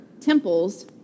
temples